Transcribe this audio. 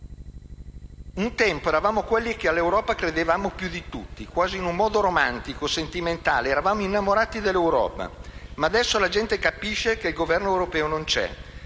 un tempo eravamo quelli che all'Europa credevano più di tutti, quasi in un modo romantico, sentimentale: eravamo innamorati dell'Europa, ma adesso la gente capisce che il governo europeo non c'è.